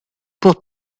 pour